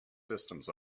systems